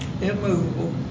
immovable